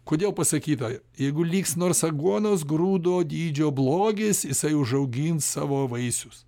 kodėl pasakyta jeigu liks nors aguonos grūdo dydžio blogis jisai užaugins savo vaisius